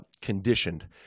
conditioned